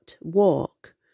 walk